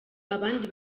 abandi